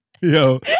Yo